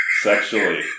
sexually